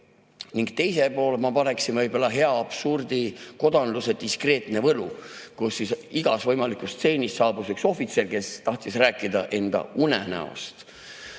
ning teisele poole ma paneksin võib-olla hea absurdi "Kodanluse diskreetne võlu", kus igas stseenis saabus üks ohvitser, kes tahtis rääkida enda unenäost.